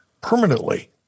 permanently